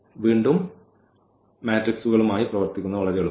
വീണ്ടും മെട്രിക്സുകളുമായി പ്രവർത്തിക്കുന്നത് വളരെ എളുപ്പമാണ്